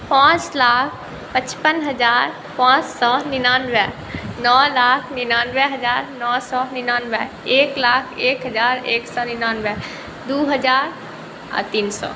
पाँच लाख पचपन हजार पाँच सओ निनानवे नओ लाख निनानवे हजार नओ सओ निनानवे एक लाख एक हजार एक सओ निनानवे दू हजार आओर तीन सओ